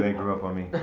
ah grew up on me.